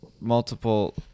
multiple